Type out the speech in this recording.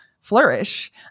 flourish